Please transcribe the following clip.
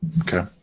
Okay